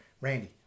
Randy